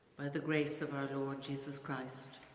by the grace of our lord jesus christ.